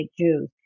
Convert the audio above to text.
Jews